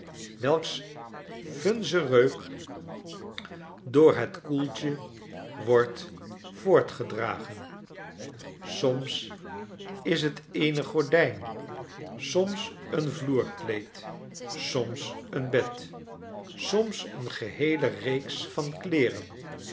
welks vunze reuk door het koeltje wordt voortgedragen soms is het eene gordijn soms een vloerkleed soms een bed soms eene geheele reeks van kleeren